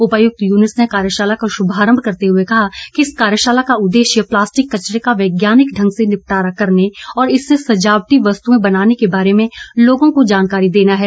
उपायुक्त युनूस ने कार्यशाला का शुभारंभ करते हुए कहा कि इस कार्यशाला का उददेश्य प्लास्टिक कचरे का वैज्ञानिक ढंग से निपटारा करने और इससे सजावटी वस्तुएं बनाने के बारे में लोगों को जानकारी देना है